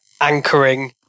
anchoring